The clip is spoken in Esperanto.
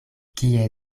kie